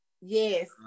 yes